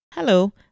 Hello